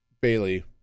Bailey